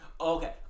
Okay